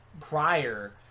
prior